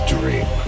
Dream